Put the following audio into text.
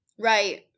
Right